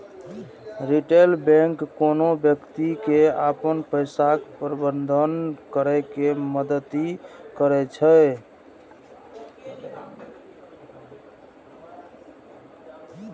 retail bank कोनो व्यक्ति के अपन पैसाक प्रबंधन करै मे मदति करै छै